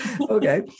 Okay